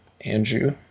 andrew